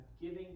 giving